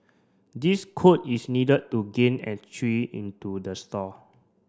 this code is needed to gain entry into the store